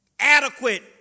Adequate